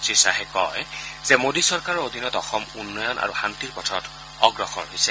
শ্ৰীশ্বাহে কয় যে মোদী চৰকাৰৰ অধীনত অসম উন্নয়ন আৰু শান্তিৰ পথত অগ্ৰসৰ হৈছে